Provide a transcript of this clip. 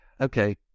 okay